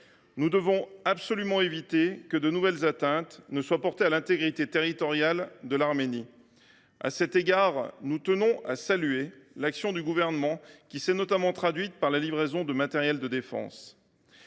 Nous devons absolument éviter que de nouvelles atteintes ne soient portées à l’intégrité territoriale de l’Arménie. À cet égard, nous tenons à saluer l’action du Gouvernement, qui s’est notamment traduite par la livraison de matériel de défense.